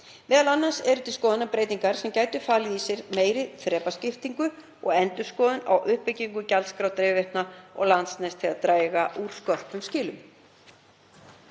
Meðal annars eru til skoðunar breytingar sem gætu falið í sér meiri þrepaskiptingu og endurskoðun á uppbyggingu gjaldskráa dreifiveitna og Landsnets til að draga úr skörpum skilum.